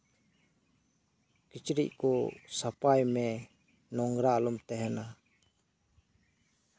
ᱠᱤᱪᱨᱤᱪ ᱠᱚ ᱥᱟᱯᱷᱟᱭ ᱢᱮ ᱱᱳᱝᱨᱟ ᱟᱞᱚᱢ ᱛᱟᱦᱮᱸᱱᱟ